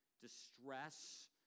Distress